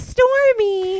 Stormy